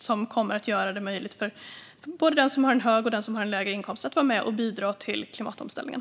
Det kommer att göra det möjligt för både den som har en hög inkomst och den som har en lägre inkomst att vara med och bidra till klimatomställningen.